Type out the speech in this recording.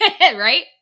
Right